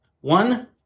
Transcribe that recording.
one